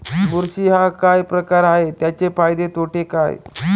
बुरशी हा काय प्रकार आहे, त्याचे फायदे तोटे काय?